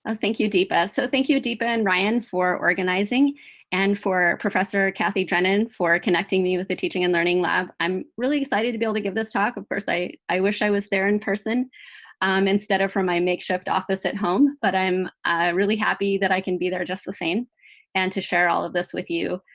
ah thank you, dipa. so thank you, dipa and ryan, for organizing and for professor cathy drennan for connecting me with the teaching and learning lab. i'm really excited to be able to give this talk. of course, i i wish i was there in person um instead of from my makeshift office at home. but i'm really happy that i can be there just the same and to share all of this with you.